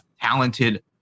talented